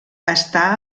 està